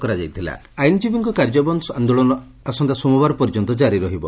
ଆଇନଜୀବୀ ସଂଘ ଆଇନଜୀବୀଙ୍କ କାର୍ଯ୍ୟବନ୍ଦ ଆନ୍ଦୋଳନ ଆସନ୍ତା ସୋମବାର ପର୍ଯ୍ୟନ୍ତ କାରି ରହିବ